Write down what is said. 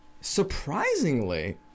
surprisingly